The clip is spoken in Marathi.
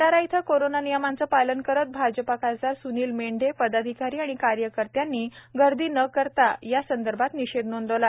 भंडारा इथं कोरोना नियमांचे पालन करीत भाजपा खासदार सूनील मेंढे पदाधिकारी आणि कार्यकर्त्यांनी गर्दी न करता निषेध नोंदविला